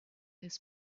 his